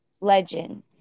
legend